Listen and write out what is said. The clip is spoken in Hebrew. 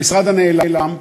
המשרד הנעלם,